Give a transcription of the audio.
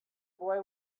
boy